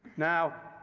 now,